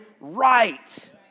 right